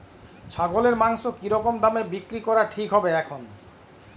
ছাগলের মাংস কী রকম দামে বিক্রি করা ঠিক হবে এখন?